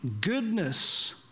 goodness